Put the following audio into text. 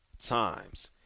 times